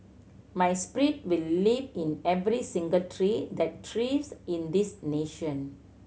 my spirit will live in every single tree that thrives in this nation